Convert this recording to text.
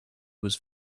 was